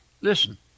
listen